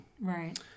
Right